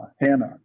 Hannah